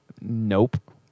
Nope